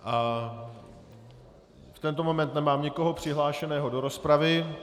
V tento moment nemám nikoho přihlášeného do rozpravy.